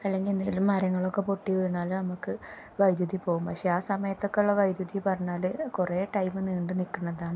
അല്ലെങ്കിൽ എന്തെങ്കിലും മരങ്ങളൊക്കെ പൊട്ടി വീണാൽ നമുക്ക് വൈദ്യുതി പോകും പക്ഷേ ആ സമയത്തൊക്കെയുള്ള വൈദ്യുതി പറഞ്ഞാൽ കുറേ ടൈമ് നീണ്ട് നിൽക്കുന്നതാണ്